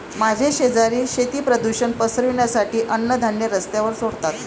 माझे शेजारी शेती प्रदूषण पसरवण्यासाठी अन्नधान्य रस्त्यावर सोडतात